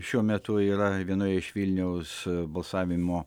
šiuo metu yra vienoje iš vilniaus balsavimo